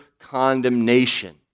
condemnation